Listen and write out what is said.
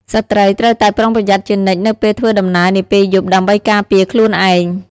ស្ត្រីត្រូវតែប្រុងប្រយ័ត្នជានិច្ចនៅពេលធ្វើដំណើរនាពេលយប់ដើម្បីការពារខ្លួនឯង។